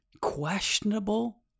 questionable